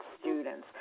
students